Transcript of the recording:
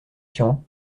tian